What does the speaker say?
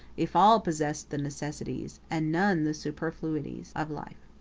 if all possessed the necessaries, and none the superfluities, of life.